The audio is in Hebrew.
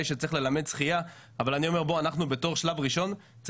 שצריך ללמד שחייה אבל בתור שלב ראשון,